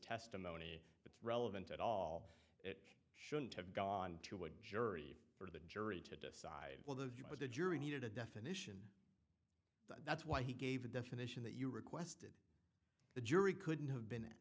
testimony but relevant at all it shouldn't have gone to a jury for the jury to decide well the view but the jury needed a definition that's why he gave a definition that you requested the jury couldn't have been